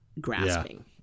grasping